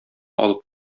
алып